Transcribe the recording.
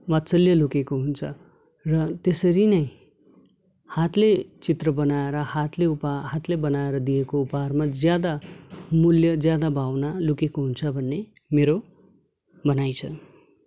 वात्सल्य लुकेको हुन्छ र त्यसरी नै हातले चित्र बनाएर हातले उपहार हातले बनाएर दिएको उपहारमा ज्यादा मूल्य ज्यादा भावना लुकेको हुन्छ भन्रे मेरो भनाइ छ